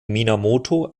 minamoto